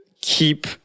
keep